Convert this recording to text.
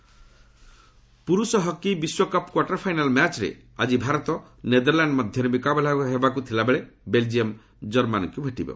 hockey ପୁରୁଷ hockey ବିଶ୍ୱକପ୍ quarter final ମ୍ୟାଚ୍ରେ ଆଜି ଭାରତ ନେଦରଲ୍ୟାଣ୍ଡ୍ ମଧ୍ୟରେ ମୁକାବିଲା ହେବାକୁ ଥିବା ବେଳେ ବେଲ୍ଜିୟମ୍ ଜର୍ମାନୀକୁ ଭେଟିବ